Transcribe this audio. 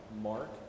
Mark